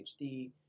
PhD